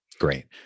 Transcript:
Great